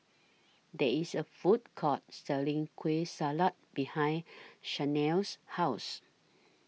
There IS A Food Court Selling Kueh Salat behind Shanell's House